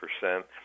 percent